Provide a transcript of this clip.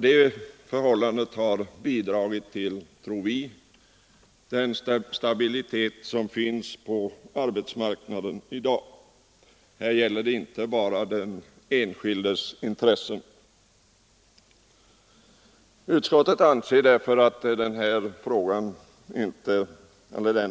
Detta förhållande tror vi har bidragit till den stabilitet som finns på arbetsmarknaden i dag. Här gäller det inte bara den enskildes intressen. Utskottet anser därför att denna